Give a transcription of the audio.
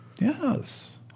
yes